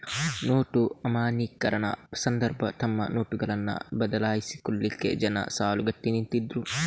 note ಅಮಾನ್ಯೀಕರಣ ಸಂದರ್ಭ ತಮ್ಮ ನೋಟುಗಳನ್ನ ಬದಲಾಯಿಸಿಕೊಳ್ಲಿಕ್ಕೆ ಜನ ಸಾಲುಗಟ್ಟಿ ನಿಂತಿದ್ರು